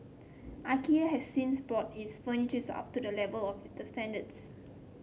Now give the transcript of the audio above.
Ikea has since brought its furnitures up to the level of the standards